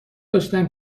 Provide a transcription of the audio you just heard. داشتم